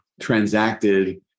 transacted